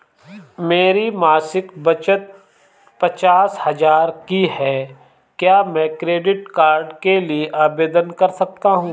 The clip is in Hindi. मेरी मासिक बचत पचास हजार की है क्या मैं क्रेडिट कार्ड के लिए आवेदन कर सकता हूँ?